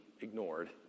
ignored